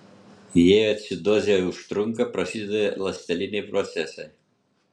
jei acidozė užtrunka prasideda ląsteliniai procesai